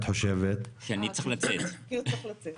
כי הוא צריך לצאת.